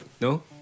No